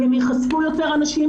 אם הם ייחשפו יותר אנשים,